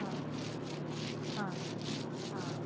ಹಾಂ ಹಾಂ ಹಾಂ